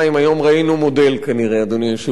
היום ראינו מודל כנראה, אדוני היושב-ראש.